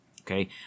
Okay